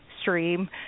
stream